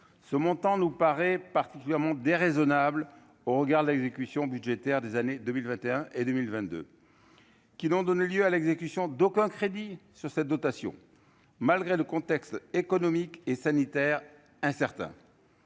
ce montant nous paraît particulièrement déraisonnable au regard de l'exécution budgétaire des années 2021 et 2022, qui n'ont donné lieu à l'exécution d'aucun crédit sur cette dotation malgré le contexte économique et sanitaire incertain,